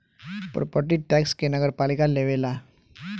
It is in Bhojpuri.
प्रोपर्टी टैक्स के नगरपालिका लेवेला